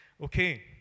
Okay